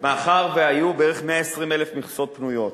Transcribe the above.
מאחר שהיו בערך 120,000 מכסות פנויות,